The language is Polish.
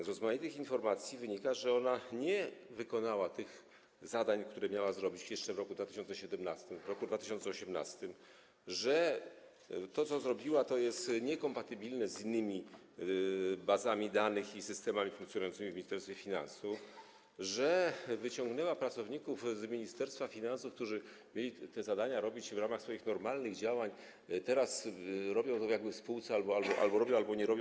Z rozmaitych informacji wynika, że ona nie wykonała tych zadań, które miała zrealizować jeszcze w roku 2017, w roku 2018, że to, co zrobiła, jest niekompatybilne z innymi bazami danych i systemami funkcjonującymi w Ministerstwie Finansów, że wyciągnęła pracowników z Ministerstwa Finansów, którzy mieli te zadania wykonywać w ramach swoich normalnych działań, a teraz robią to w spółce - albo robią, albo nie robią.